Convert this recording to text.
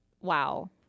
wow